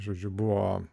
žodžiu buvo